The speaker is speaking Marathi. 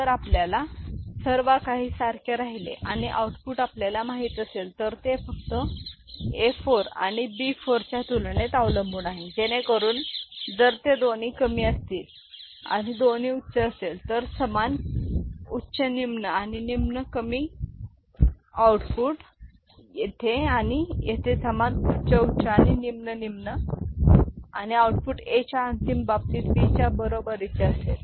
म्हणून जर आपल्याला सर्व काही सारखे राहिले आणि आउटपुट आपल्याला माहित असेल तर ते फक्त A 4 आणि B 4 च्या तुलनेत अवलंबून आहे जेणेकरून जर ते दोन्ही कमी असतील आणि दोन्ही उच्च असेल तर समान उच्च निम्न आणि निम्न कमी आउटपुट येथे आणि येथे समान उच्च उच्च आणि निम्न निम्न आणि आउटपुट Aच्या अंतिम बाबतीत B च्या बरोबरीचे असेल